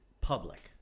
public